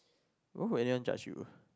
why would anyone judge you